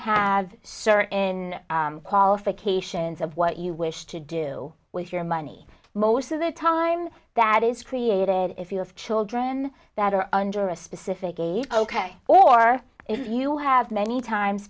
have certain in qualifications of what you wish to do with your money most of the time that is created if you have children that are under a specific age ok or if you have many times